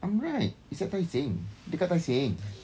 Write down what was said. I'm right it's at tai seng dekat tai seng